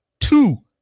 two